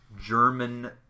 german